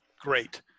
Great